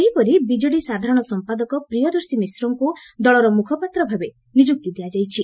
ସେହିପରି ବିଜେଡି ସାଧାରଣ ସମ୍ପାଦକ ପ୍ରିୟଦର୍ଶୀ ମିଶ୍ରଙ୍କୁ ଦଳର ମୁଖପାତ୍ର ଭାବେ ନିଯୁକ୍ତି ଦିଆଯାଇଛି